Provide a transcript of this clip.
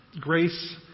grace